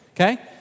okay